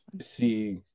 see